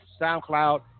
SoundCloud